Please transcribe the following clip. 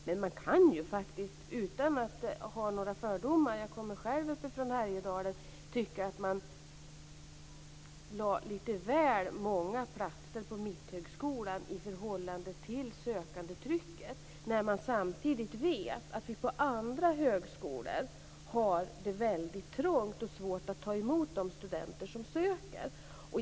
Men man kan ju faktiskt utan att ha några fördomar - jag kommer själv uppifrån Härjedalen - tycka att man lade lite väl många platser på Mitthögskolan i förhållande sökandetrycket när man samtidigt vet att andra högskolor har det väldigt trångt och svårt att ta emot de studenter som söker.